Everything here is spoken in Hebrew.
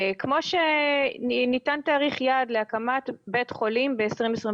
כמו שניתן תאריך יעד להקמת בית חולים ב-2029,